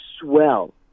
swell